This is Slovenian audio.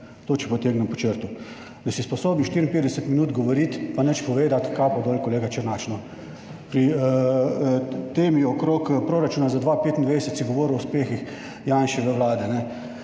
To, če potegnem pod črto. Da si sposoben 54 minut govoriti pa nič povedati, kapo dol, kolega Černač, no. Pri temi okrog proračuna za 2025 si govoril o uspehih Janševe vlade.